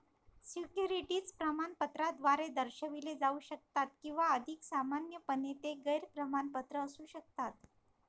securities प्रमाणपत्राद्वारे दर्शविले जाऊ शकतात किंवा अधिक सामान्यपणे, ते गैर प्रमाणपत्र असू शकतात